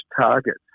targets